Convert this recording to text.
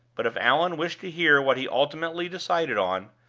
but if allan wished to hear what he ultimately decided on,